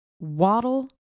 Waddle